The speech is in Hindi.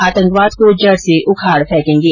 आतंकवाद को जड से उखाड फैंकेंगे